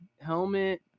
helmet